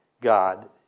God